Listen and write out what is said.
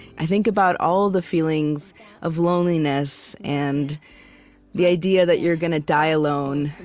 i think about all the feelings of loneliness and the idea that you're going to die alone,